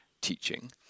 teaching